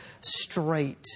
Straight